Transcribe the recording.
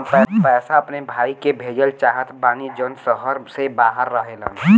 हम पैसा अपने भाई के भेजल चाहत बानी जौन शहर से बाहर रहेलन